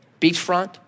Beachfront